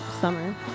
Summer